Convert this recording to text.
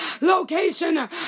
location